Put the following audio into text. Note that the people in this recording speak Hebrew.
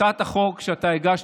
הצעת החוק שאתה הגשת,